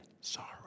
sorry